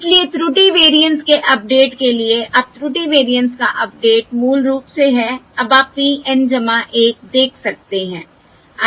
इसलिए त्रुटि वेरिएंस केअपडेट के लिए अब त्रुटि वेरिएंस का अपडेट मूल रूप से है अब आप p N 1 देख सकते हैं